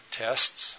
tests